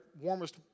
warmest